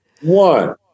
One